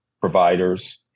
providers